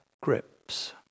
grips